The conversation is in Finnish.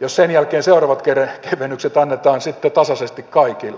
jos sen jälkeen seuraavat kevennykset annetaan sitten tasaisesti kaikille